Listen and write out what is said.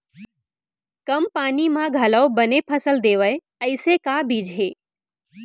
कम पानी मा घलव बने फसल देवय ऐसे का बीज हे?